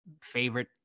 favorite